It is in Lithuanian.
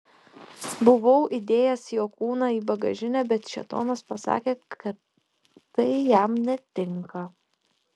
buvau įdėjęs jo kūną į bagažinę bet šėtonas pasakė kad tai jam netinka